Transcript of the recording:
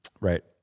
Right